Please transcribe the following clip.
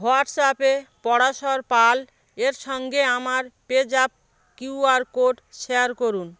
হোয়াটসঅ্যাপে পরাশর পাল এর সঙ্গে আমার পেজ্যাপ কিউআর কোড শেয়ার করুন